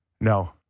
No